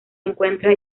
encuentra